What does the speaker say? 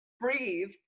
breathe